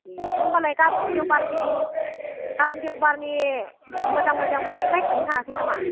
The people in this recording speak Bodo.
ए होमब्लालाय गाबोन देवबारनि गाबोन देवबारनि मोजां मोजां मैगं बायखांनो थाङाखै नामा